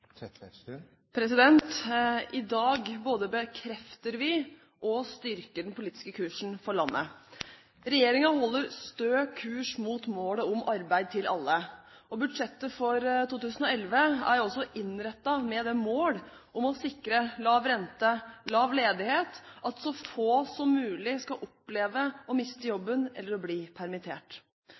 I dag både bekrefter vi og styrker den politiske kursen for landet. Regjeringen holder stø kurs mot målet om arbeid til alle, og budsjettet for 2011 er også innrettet med det mål å sikre lav rente, lav ledighet, og at så få som mulig skal oppleve å miste jobben eller bli permittert.